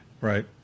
Right